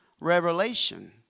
revelation